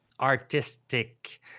artistic